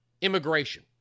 immigration